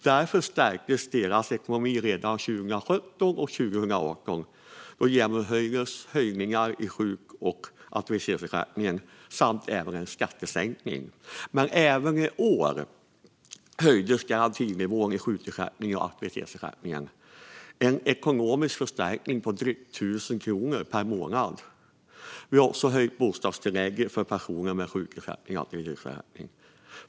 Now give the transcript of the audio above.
Därför stärktes deras ekonomi redan under 2017 och 2018. Då genomfördes höjningar av sjukersättningen och aktivitetsersättningen samt en skattesänkning. Även i år höjdes garantinivån i sjukersättningen och aktivitetsersättningen - en ekonomisk förstärkning på drygt 1 000 kronor per månad. Man har också höjt bostadstillägget för personer med sjukersättning och aktivitetsersättning.